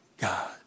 God